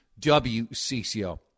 WCCO